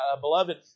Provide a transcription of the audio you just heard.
beloved